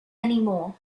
anymore